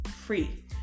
free